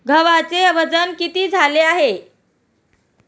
गव्हाचे वजन किती झाले आहे?